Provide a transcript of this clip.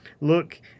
look